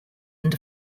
and